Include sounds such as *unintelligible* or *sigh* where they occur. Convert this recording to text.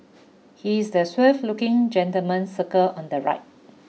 he is the *unintelligible* looking gentleman circled on the right